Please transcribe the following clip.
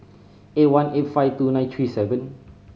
eight one eight five two nine three seven